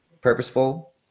purposeful